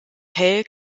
hell